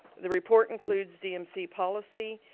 the report includes dmc policy,